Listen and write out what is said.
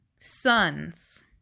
sons